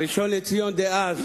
שהראשון לציון דאז,